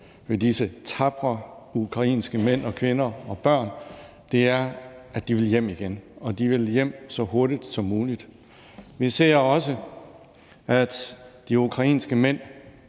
hos disse tapre ukrainske mænd og kvinder og børn, er, at de vil hjem igen, og de vil hjem så hurtigt som muligt. Vi ser også, at de ukrainske mænd